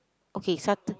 okay Satur~